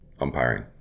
umpiring